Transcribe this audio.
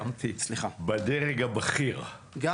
בדרג הבכיר?